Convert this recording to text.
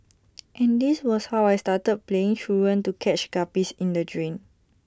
and this was how I started playing truant to catch guppies in the drain